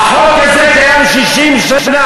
החוק הזה קיים 60 שנה.